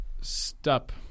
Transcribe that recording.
Stop